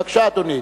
בבקשה, אדוני.